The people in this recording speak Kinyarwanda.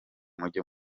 mujye